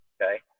Okay